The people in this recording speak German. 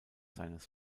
seines